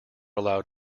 allowed